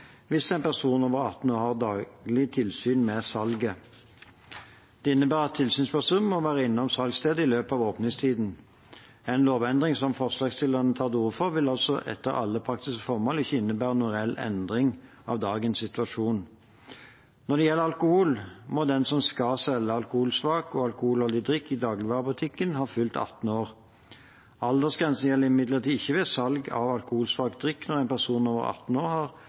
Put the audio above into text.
hvis en person over 18 år har daglig tilsyn med salget. Det innebærer at tilsynspersonen må være innom salgsstedet i løpet av åpningstiden. En lovendring som forslagsstillerne tar til orde for, vil altså for alle praktiske formål ikke innebære noen reell endring av dagens situasjon. Når det gjelder alkohol, må den som skal selge alkoholsvak og alkoholholdig drikk i dagligvarebutikken, ha fylt 18 år. Aldersgrensen gjelder imidlertid ikke ved salg av alkoholsvak drikk når en person over 18 år har